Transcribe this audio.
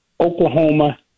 Oklahoma